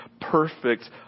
perfect